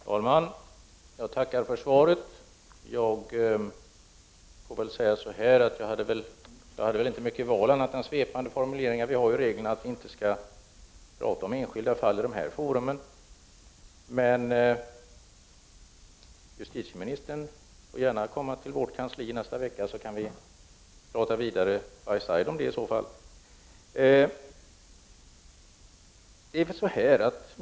Herr talman! Jag tackar för svaret. Jag hade inte något annat val än att ta till svepande formuleringar när jag ställde min fråga. Reglerna är ju sådana att man inte skall ta upp och tala om enskilda fall i detta forum. Men justitieministern får gärna komma till miljöpartiets kansli under nästa vecka, så kan vi i så fall litet mer informellt tala vidare om saken.